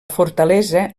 fortalesa